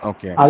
Okay